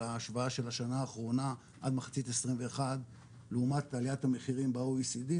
ההשוואה של השנה האחרונה עד מחצית 2021 לעומת עליית המחירים ב-OECD,